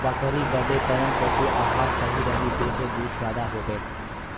बकरी बदे कवन पशु आहार सही रही जेसे दूध ज्यादा होवे?